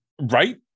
Right